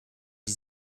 die